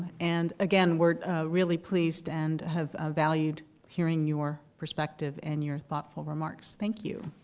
and again we're really pleased and have valued hearing your perspective and your thoughtful remarks. thank you.